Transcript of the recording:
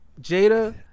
Jada